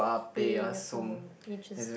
pay also interest